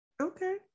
Okay